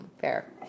fair